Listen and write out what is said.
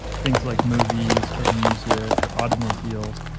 things like movies or music or automobiles,